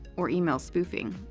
or email spoofing,